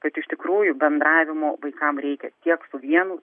kad iš tikrųjų bendravimo vaikam reikia tiek su vienu